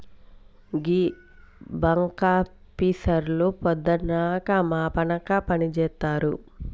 గీ బాంకాపీసర్లు పొద్దనక మాపనక పనిజేత్తరు